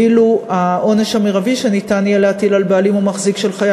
ואילו העונש המרבי שניתן יהיה להטיל על בעלים או מחזיק של חיה